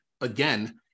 again